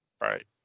Right